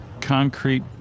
concrete